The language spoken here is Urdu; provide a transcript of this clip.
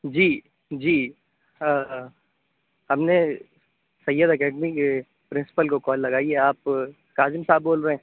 جی جی ہاں ہم نے سید اکیڈمی کے پرنسپل کو کال لگائی ہے آپ قاظم صاحب بول رہے ہیں